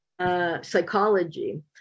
psychology